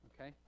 Okay